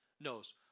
knows